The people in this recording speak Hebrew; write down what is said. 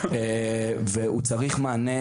והוא צריך מענה